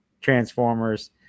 Transformers